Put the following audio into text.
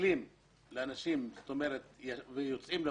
ויוצאים לפעולה,